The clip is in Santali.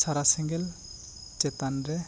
ᱥᱟᱨᱟ ᱥᱮᱸᱜᱮᱞ ᱪᱮᱛᱟᱱ ᱨᱮ